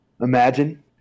Imagine